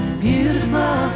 beautiful